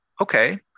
okay